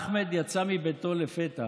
אחמד יצא מביתו לפתע,